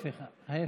ההפך, ההפך.